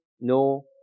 no